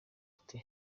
ati